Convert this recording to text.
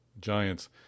giants